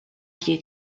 few